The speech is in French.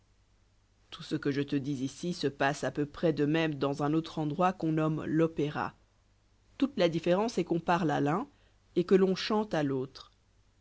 tout ce que je te dis ici se passe à peu près de même dans un autre endroit qu'on nomme l'opéra toute la différence est qu'on parle à l'un et que l'on chante à l'autre